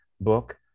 book